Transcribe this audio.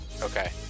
Okay